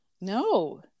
No